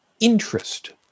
interest